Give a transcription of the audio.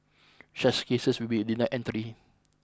such cases will be denied entry